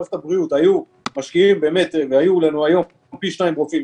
מערכת הבריאות היו משקיעים והיו לנו היום פי שתיים רופאים,